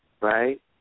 right